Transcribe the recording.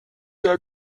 der